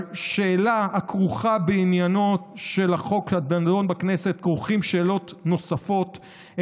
בשאלה הכרוכה בעניינו של החוק הנדון בכנסת כרוכות שאלות נוספות.